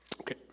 Okay